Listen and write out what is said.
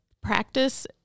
practice